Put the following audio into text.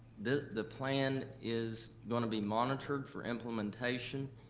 the the plan is gonna be monitored for implementation,